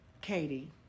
Katie